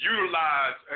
Utilize